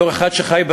בתור אחד שחי בנגב,